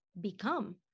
become